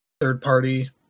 third-party